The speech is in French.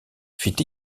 fit